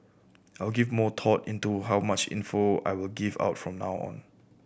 I will give more thought into how much info I will give out from now on